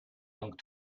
donc